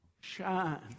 Shine